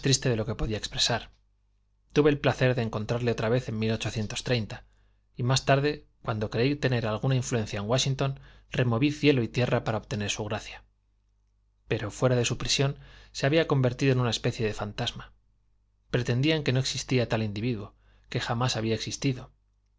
de lo que podría expresar tuve el placer de encontrarle otra vez en y más tarde cuando creí tener alguna influencia en wáshington removí cielo y tierra para obtener su gracia pero fuera de su prisión se había convertido en una especie de fantasma pretendían que no existía tal individuo que jamás había existido